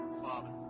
father